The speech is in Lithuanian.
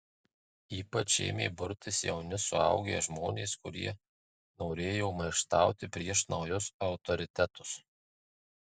ypač ėmė burtis jauni suaugę žmonės kurie norėjo maištauti prieš naujus autoritetus